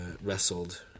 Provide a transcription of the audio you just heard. wrestled